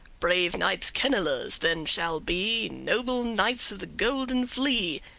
brave knights kennelers then shall be, noble knights of the golden flea,